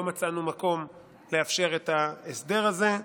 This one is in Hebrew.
לא מצאנו מקום לאפשר את ההסדר הזה.